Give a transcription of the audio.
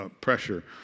pressure